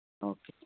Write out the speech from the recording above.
okay ਜੀ